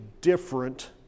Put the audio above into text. different